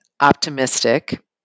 optimistic